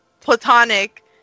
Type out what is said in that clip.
platonic